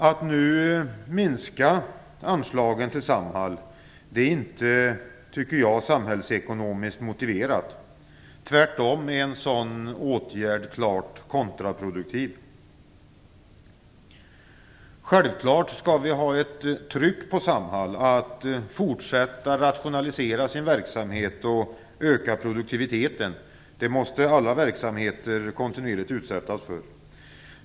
Att nu minska anslagen till Samhall är inte samhällsekonomiskt motiverat. Tvärtom är en sådan åtgärd klart kontraproduktiv. Självklart skall vi ha ett tryck på Samhall att fortsätta att rationalisera verksamheten och öka produktiviteten. Det måste alla verksamheter kontinuerligt utsättas för.